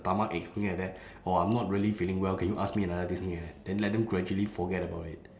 stomachache something like that or I'm not really feeling well can you ask me another day something like that then let them gradually forget about it